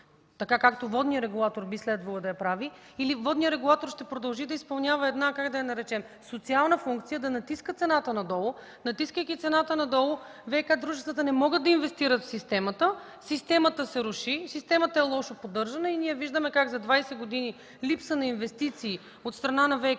така както водният регулатор би следвало да я прави или водният регулатор ще продължи да изпълнява една, как да я наречем – социална функция, да натиска цената надолу. Натискайки цената надолу, ВиК дружествата не могат да инвестират в системата, системата се руши, системата е лошо поддържана. Ние виждаме как за 20 години липса на инвестиции от страна на ВиК